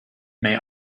may